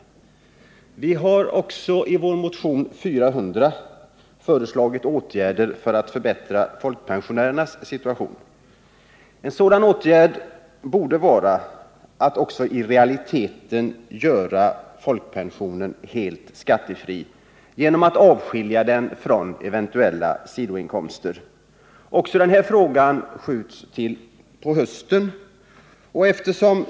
Vi har i vår motion nr 400 föreslagit åtgärder för att förbättra folkpensionärernas situation. En sådan åtgärd borde vara att också i realiteten göra folkpensionen helt skattefri genom att avskilja den från eventuella sidoinkomster. Också denna fråga skjuts fram till höstens behandling.